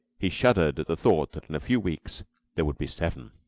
he shuddered at the thought that in a few weeks there would be seven.